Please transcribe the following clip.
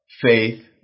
faith